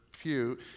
pew